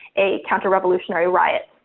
a counter revolutionary riot.